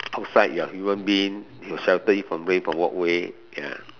outside you are human being you will shelter it from way from walkway ya